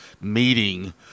meeting